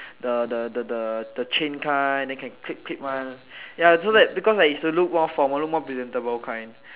the the the the the the chain kind then can click click one ya so that because is to look more formal look more presentable kind